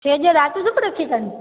छेज रात जो बि रखी अथनि